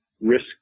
risk